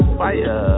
fire